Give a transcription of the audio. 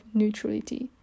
neutrality